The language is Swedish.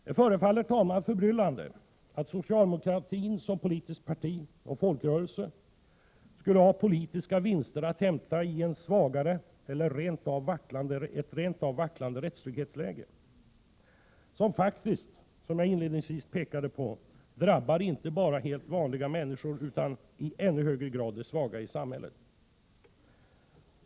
Det förefaller, herr talman, förbryllande att socialdemokratin som politiskt parti och folkrörelse skulle ha politiska vinster att hämta i ett svagare eller ett rent av vacklande rättstrygghetsläge, som faktiskt — som jag inledningsvis pekade på — drabbar inte bara helt vanliga människor utan i ännu högre grad de svaga i samhället.